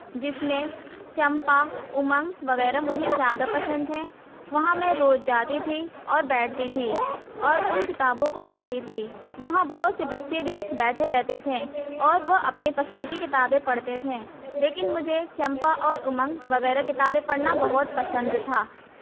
جس میں چمپا امنگ وغیرہ مجھے زیادہ پسند ہیں وہاں میں روز جاتی جس میں چمپا امنگ وغیرہ مجھے زیادہ پسند ہیں وہاں میں روز جاتی تھی اور بیٹھتی تھی اور ان کتابوں کو پڑھتی تھی اور وہاں بہت سے بچے بھی بیٹھے رہتے تھے اور وہ اپنے پسند کی کتابیں پڑھتے تھے لیکن مجھے چمپا اور امنگ وغیرہ کتابیں پڑھنا بہت پسند تھا